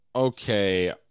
Okay